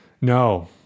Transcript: No